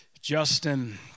Justin